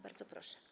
Bardzo proszę.